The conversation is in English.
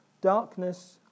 Darkness